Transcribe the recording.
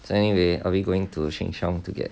anyway are we going to sheng siong to get